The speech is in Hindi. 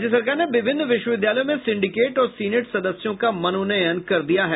राज्य सरकार ने विभिन्न विश्वविद्यालयों में सिंडिकेट और सीनेट सदस्यों का मनोनयन कर दिया है